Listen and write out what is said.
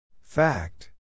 Fact